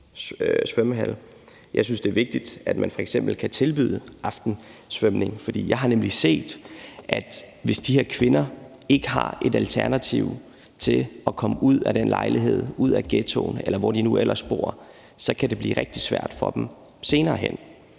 Jeg synes, det er vigtigt, at man f.eks. kan tilbyde aftensvømning. For jeg har nemlig set, at det, hvis de her kvinder ikke har et alternativ til at komme ud af den lejlighed, ud af ghettoen, eller hvor de nu ellers bor, så kan blive rigtig svært for dem senere hen.